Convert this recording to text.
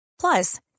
Plus